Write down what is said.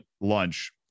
lunch